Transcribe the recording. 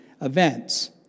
events